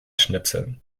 schnipseln